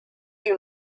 you